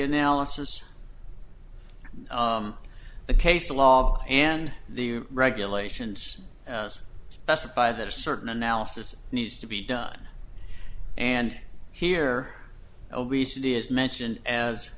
analysis the case law and the regulations specify that a certain analysis needs to be done and here obesity is mentioned as